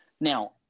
Now